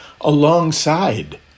alongside